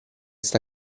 sta